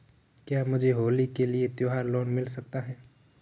क्या मुझे होली के लिए त्यौहार लोंन मिल सकता है?